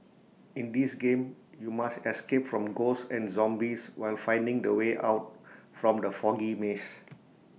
in this game you must escape from ghosts and zombies while finding the way out from the foggy maze